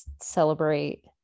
celebrate